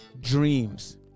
dreams